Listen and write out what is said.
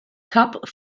cup